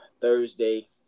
Thursday